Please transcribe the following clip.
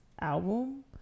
album